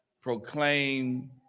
proclaim